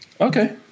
Okay